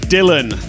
Dylan